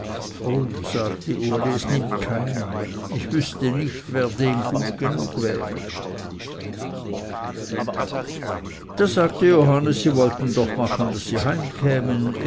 sagte uli es nimmt keinen ich wüßte nicht wer dem gut genug wäre da sagte johannes sie wollten doch machen daß sie heimkämen